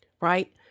right